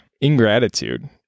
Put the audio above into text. Ingratitude